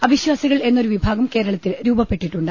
അവി ശ്വാസികൾ എന്നൊരു വിഭാഗം കേരളത്തിൽ രൂപപ്പെട്ടിട്ടുണ്ട്